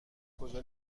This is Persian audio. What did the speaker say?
کجا